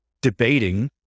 debating